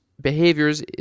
behaviors